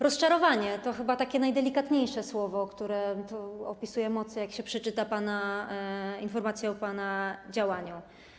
Rozczarowanie to chyba najdelikatniejsze słowo, które opisuje emocje, jak się przeczyta informację o pana działaniu.